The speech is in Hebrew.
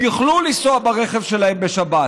יוכלו לנסוע ברכב שלהם בשבת.